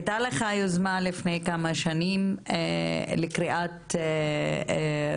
הייתה לך יוזמה לפני כמה שנים לקריאת שמות